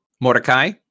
Mordecai